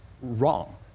wrong